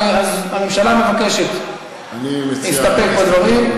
הממשלה מבקשת להסתפק בדברים,